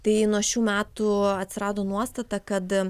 tai nuo šių metų atsirado nuostata kad